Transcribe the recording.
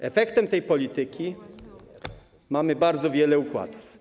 W efekcie tej polityki mamy bardzo wiele układów.